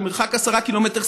במרחק 10 קילומטר,